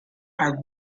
are